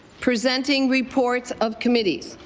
presenting reports of committees,